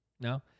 No